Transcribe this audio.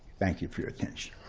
thank you for your attention.